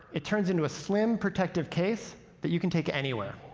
it turns into a slim protective case that you can take anywhere.